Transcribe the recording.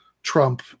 trump